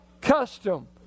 custom